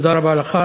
תודה רבה לך.